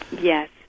Yes